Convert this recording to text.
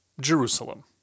Jerusalem